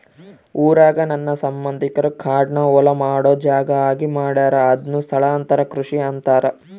ಊರಾಗ ನನ್ನ ಸಂಬಂಧಿಕರು ಕಾಡ್ನ ಹೊಲ ಮಾಡೊ ಜಾಗ ಆಗಿ ಮಾಡ್ಯಾರ ಅದುನ್ನ ಸ್ಥಳಾಂತರ ಕೃಷಿ ಅಂತಾರ